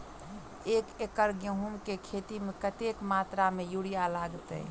एक एकड़ गेंहूँ केँ खेती मे कतेक मात्रा मे यूरिया लागतै?